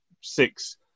six